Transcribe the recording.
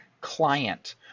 client